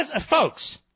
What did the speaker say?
Folks